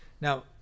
Now